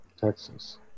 Texas